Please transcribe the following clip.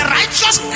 righteous